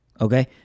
Okay